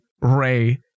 Ray